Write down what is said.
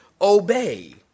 Obey